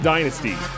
Dynasty